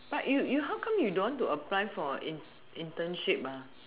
but you you how come you don't want to apply for in internship ah